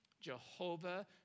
Jehovah